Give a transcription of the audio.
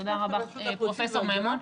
תודה רבה פרופ' מימון.